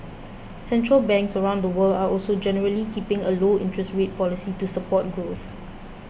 central banks around the world are also generally keeping a low interest rate policy to support growth